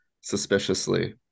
suspiciously